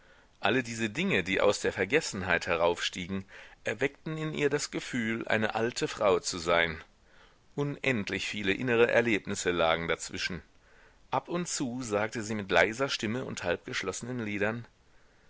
alle diese dinge die aus der vergessenheit heraufstiegen erweckten in ihr das gefühl eine alte frau zu sein unendlich viele innere erlebnisse lagen dazwischen ab und zu sagte sie mit leiser stimme und halbgeschlossenen lidern